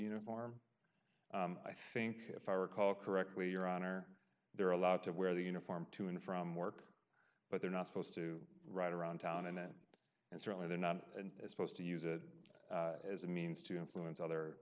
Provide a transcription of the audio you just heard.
uniform i think if i recall correctly your honor they're allowed to wear the uniform to and from work but they're not supposed to ride around town and that and certainly they're not supposed to use it as a means to influence other